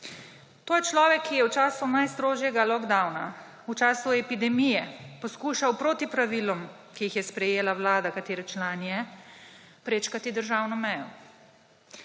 To je človek, ki je v času najstrožjega lockdowna v času epidemije poskušal proti pravilom, ki jih je sprejela vlada, katere član je, prečkati državno mejo.